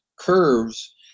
curves